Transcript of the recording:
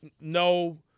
no